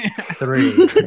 three